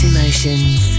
Emotions